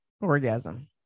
Orgasm